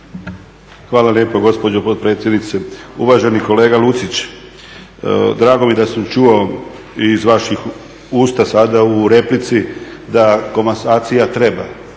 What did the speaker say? Hvala lijepa gospođo potpredsjednice. Uvaženi kolega Lucić, drago mi je da sam čuo i iz vaših usta sada u replici da komasacija treba.